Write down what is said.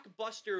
blockbuster